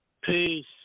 Peace